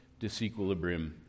disequilibrium